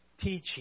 Teaching